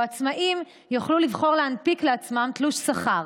ובו עצמאים יוכלו לבחור להנפיק לעצמם תלוש שכר,